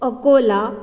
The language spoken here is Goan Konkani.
अकोला